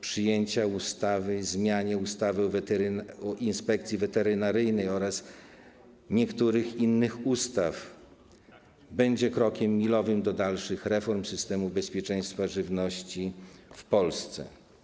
Przyjęcie ustawy o zmianie ustawy o Inspekcji Weterynaryjnej oraz niektórych innych ustaw będzie krokiem milowym do dalszych reform systemu bezpieczeństwa żywności w Polsce.